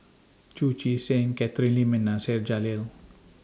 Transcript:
Chu Chee Seng Catherine Lim and Nasir Jalil